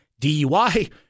DUI